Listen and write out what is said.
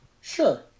Sure